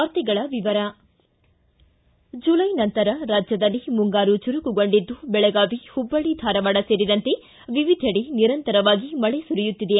ವಾರ್ತೆಗಳ ವಿವರ ಜುಲೈ ನಂತರ ರಾಜ್ಯದಲ್ಲಿ ಮುಂಗಾರು ಚುರುಕುಗೊಂಡಿದ್ದು ಬೆಳಗಾವಿ ಹುಬ್ಬಳ್ಳಿ ಧಾರವಾಡ ಸೇರಿದಂತೆ ವಿವಿಧೆಡೆ ನಿರಂತರವಾಗಿ ಮಳೆ ಸುರಿಯುತ್ತಿದೆ